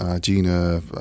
Gina